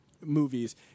movies